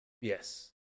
Yes